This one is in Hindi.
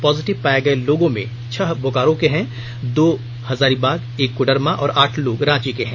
पॉजिटिव पाए गए लोगों मे छह बोकारो के हैं दो हजारीबाग एक कोडरमा और आठ लोग राँची के हैं